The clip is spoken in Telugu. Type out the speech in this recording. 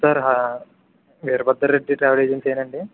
సార్ వీరభద్రరెడ్డి ట్రావెల్ ఏజెన్సీ అండి